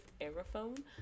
aerophone